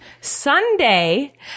Sunday